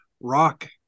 rock